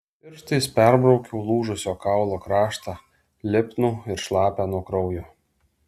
pirštais perbraukiau lūžusio kaulo kraštą lipnų ir šlapią nuo kraujo